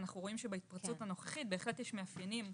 אנחנו רואים שבהתפרצות הנוכחית יש מאפיינים: